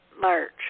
March